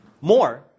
More